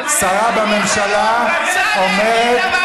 שאני אומרת דבר